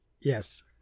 Yes